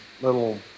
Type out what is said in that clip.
little